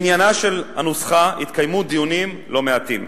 בעניינה של הנוסחה התקיימו דיונים לא מעטים.